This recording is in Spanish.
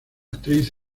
actriz